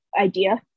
idea